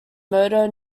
motor